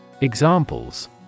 Examples